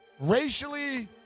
racially